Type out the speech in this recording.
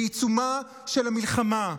בעיצומה של המלחמה: